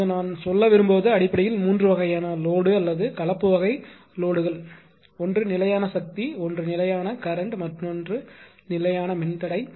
இப்போது நான் சொல்ல விரும்புவது அடிப்படையில் 3 வகையான லோடுஅல்லது கலப்பு வகை சுமைகள் உள்ளன ஒன்று நிலையான சக்தி ஒன்று நிலையான கரண்ட் மற்றொரு நிலையான மின்தடை